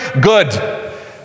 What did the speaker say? good